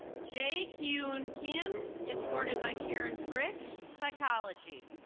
jay hugn kim, escorted by karyn frick, psychology.